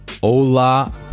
Hola